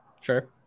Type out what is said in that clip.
Sure